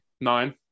nine